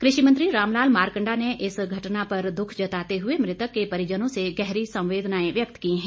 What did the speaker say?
कृषि मंत्री रामलाल मारकंडा ने इस घटना पर दुख जताते हए मृतक के परिजनों से गहरी संवेदनाएं व्यक्त की हैं